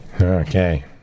okay